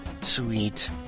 Sweet